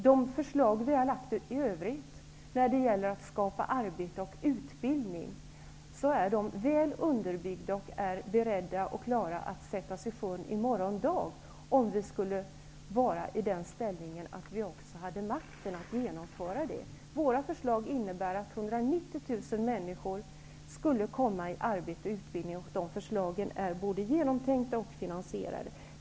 De förslag som vi har lagt fram i övrigt om att skapa arbete och utbildning är väl underbyggda, beredda och klara att sättas i sjön i morgon, om vi vore i den ställningen att vi hade makten att genomföra dem. Våra förslag innebär att 190 000 människor skulle komma i arbete och utbildning, och förslagen är både genomtänkta och finansierade.